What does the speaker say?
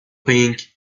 pink